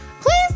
Please